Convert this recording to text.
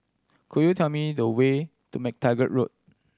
could you tell me the way to MacTaggart Road